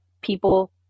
people